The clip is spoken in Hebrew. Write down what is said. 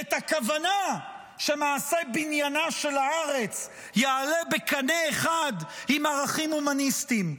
את הכוונה שמעשה בניינה של הארץ יעלה בקנה אחד עם ערכים הומניסטים.